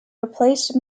replaced